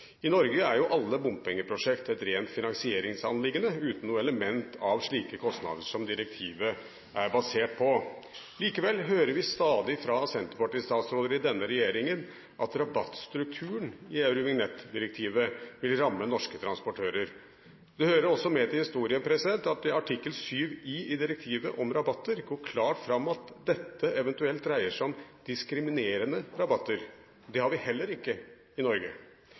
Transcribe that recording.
I Norge er jo alle bompengeprosjekt et rent finansieringsanliggende, uten noe element av slike kostnader som direktivet er basert på. Likevel hører vi stadig fra senterpartistatsråder i denne regjeringen at rabattstrukturen i eurovignettdirektivet vil ramme norske transportører. Det hører også med til historien at det i artikkel 7 i) i direktivet, om rabatter, går klart fram at dette eventuelt dreier seg om diskriminerende rabatter. Det har vi heller ikke i Norge.